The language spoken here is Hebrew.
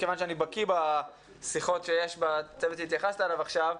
מכיוון שאני בקי בשיחות שיש בצוות שהתייחסת אליו עכשיו,